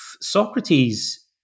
Socrates